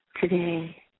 today